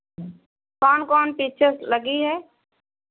कौन कौन पिक्चर्स लगी है